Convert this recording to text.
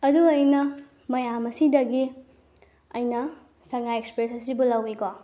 ꯑꯗꯨꯒ ꯑꯩꯅ ꯃꯌꯥꯝ ꯑꯁꯤꯗꯒꯤ ꯑꯩꯅ ꯁꯉꯥꯏ ꯑꯦꯛꯁꯄ꯭ꯔꯦꯁ ꯑꯁꯤꯕꯨ ꯂꯧꯏꯀꯣ